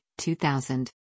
2000